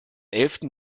elften